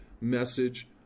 message